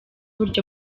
uburyo